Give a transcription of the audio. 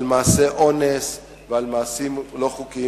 על מעשי אונס ועל מעשים לא חוקיים,